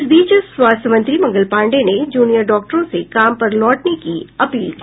इस बीच स्वास्थ्य मंत्री मंगल पांडेय ने जूनियर डॉक्टरों से काम पर लौटने की अपील की